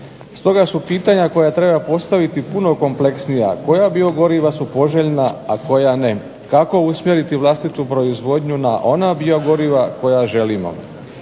Stoga su pitanja koja treba postaviti puno kompleksnija koja biogoriva su poželjna a koja ne. Kako usmjeriti vlastitu proizvodnju ona biogoriva koja želimo.